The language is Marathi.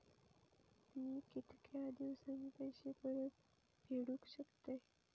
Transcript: मी कीतक्या दिवसांनी पैसे परत फेडुक शकतय?